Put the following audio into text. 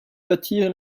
bâtir